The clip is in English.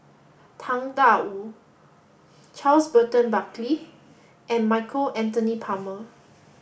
Tang Da Wu Charles Burton Buckley and Michael Anthony Palmer